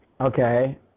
Okay